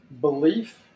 belief